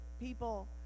people